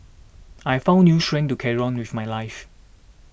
I found new strength to carry on with my lush